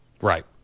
Right